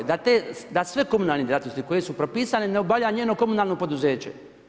Da sve komunalne djelatnosti koje su propisane, ne obavlja njeno komunalno poduzeće.